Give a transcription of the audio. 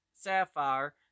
sapphire